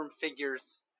figures